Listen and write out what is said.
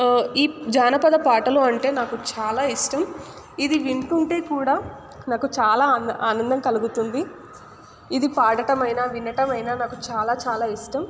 ఈ జానపద పాటలు అంటే నాకు చాలా ఇష్టం ఇది వింటుంటే కూడా నాకు చాలా ఆనందం ఆనందం కలుగుతుంది ఇది పాడటమైనా వినడమయినా నాకు చాలా చాలా ఇష్టం